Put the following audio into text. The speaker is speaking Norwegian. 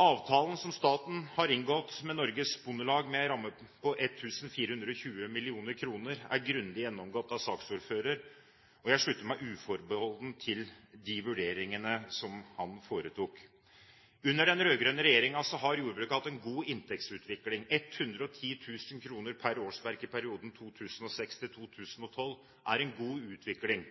Avtalen som staten har inngått med Norges Bondelag, med en ramme på 1 420 mill. kr, er grundig gjennomgått av saksordføreren, og jeg slutter meg uforbeholdent til de vurderingene som han foretok. Under den rød-grønne regjeringen har jordbruket hatt en god inntektsutvikling. 110 000 kr per årsverk i perioden 2006–2012 er en god utvikling.